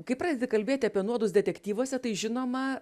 kai pradedi kalbėti apie nuodus detektyvuose tai žinoma